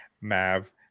mav